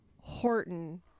Horton